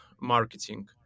marketing